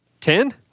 Ten